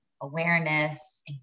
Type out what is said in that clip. awareness